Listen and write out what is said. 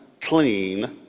clean